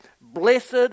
blessed